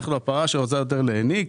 אנחנו הפרה שרוצה יותר להניק,